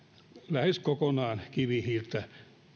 lähes kokonaan kivihiiltä